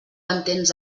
entens